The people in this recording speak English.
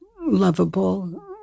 lovable